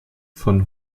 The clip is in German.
von